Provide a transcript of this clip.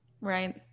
Right